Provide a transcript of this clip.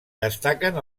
destaquen